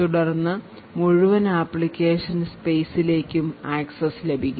തുടർന്ന് മുഴുവൻ ആപ്ലിക്കേഷൻ സ്പെയ്സിലേക്കും ആക്സസ്സ് ലഭിക്കും